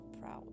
proud